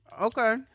Okay